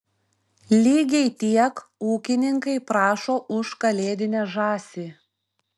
lygiai tiek ūkininkai prašo už kalėdinę žąsį